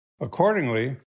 Accordingly